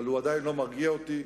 אבל הוא עדיין לא מרגיע אותי,